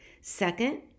Second